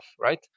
right